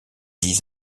dix